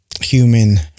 human